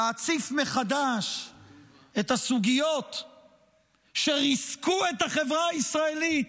להציף מחדש את הסוגיות שריסקו את החברה הישראלית.